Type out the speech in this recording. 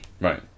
Right